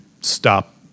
stop